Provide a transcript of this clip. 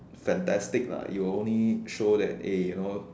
fantastic lah it will only show that a you know